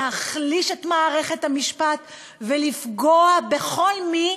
להחליש את מערכת המשפט ולפגוע בכל מי